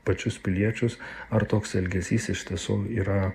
pačius piliečius ar toks elgesys iš tiesų yra